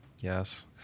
Yes